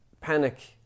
panic